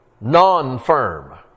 non-firm